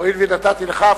הואיל ונתתי לך,